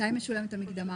מתי משולמת המקדמה?